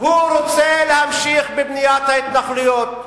הוא רוצה להמשיך בבניית ההתנחלויות.